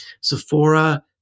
Sephora